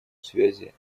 связи